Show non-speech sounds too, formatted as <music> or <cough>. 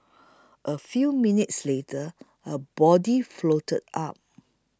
<noise> a few minutes later a body floated up